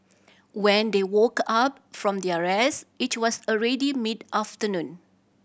when they woke up from their rest it was already mid afternoon